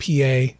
PA